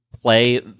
play